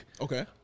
Okay